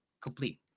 complete